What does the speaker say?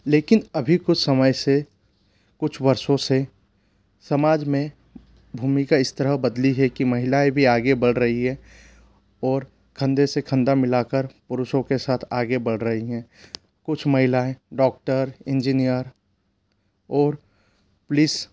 लेकिन अभी कुछ समय से कुछ वर्षों से समाज में भूमिका इस तरह बदली है कि महिलाएँ भी आगे बढ़ रही हैं और कंधे से कंधा मिला कर पुरुषों के साथ आगे बढ़ रही हैं कुछ महिलाएँ डॉक्टर इंजीनियर और पुलिस